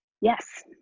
Yes